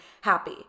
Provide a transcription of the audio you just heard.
happy